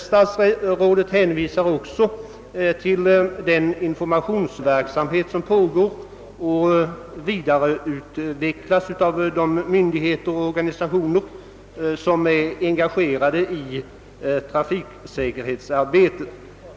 Statsrådet hänvisar också till den informationsverksamhet som pågår och vidareutvecklas av de myndigheter och organisationer som är engagerade i trafiksäkerhetsarbetet.